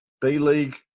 B-League